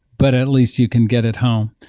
but at least you can get it home.